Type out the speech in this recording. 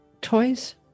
toys